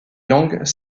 langues